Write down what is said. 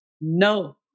No